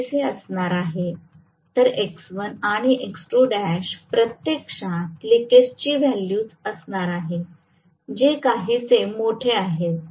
तर X1 आणि X2l प्रत्यक्षात लिकेजची व्हॅल्यूज असणार आहेत जे काहीसे मोठे आहेत